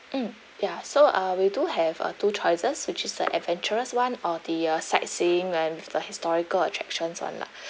um ya so uh we do have uh two choices which is the adventurous one or the uh sightseeing and the historical attractions one lah